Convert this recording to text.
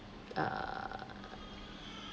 err